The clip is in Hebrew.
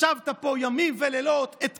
ישבת פה לילות וימים,